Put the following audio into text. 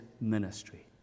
ministry